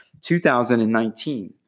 2019